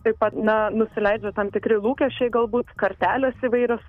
taip pat na nusileidžia tam tikri lūkesčiai galbūt kartelės įvairios